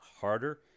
harder